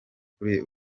kuri